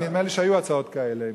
נדמה לי שהיו הצעות כאלה.